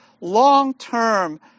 long-term